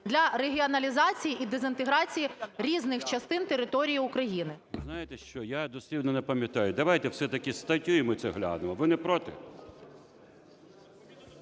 для регіоналізації і дезінтеграції різних частин території України?